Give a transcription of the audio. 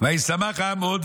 "וישמח העם מאוד,